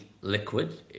liquid